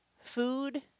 food